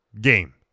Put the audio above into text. game